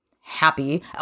happy